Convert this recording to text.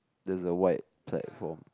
there's a white platform